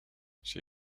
she